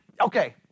okay